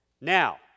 Now